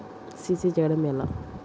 CC చేయడము ఎలా?